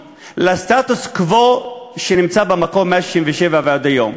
לסטטוס קוו במקום מאז 1967 ועד היום,